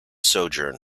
sojourn